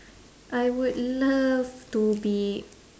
I would love to be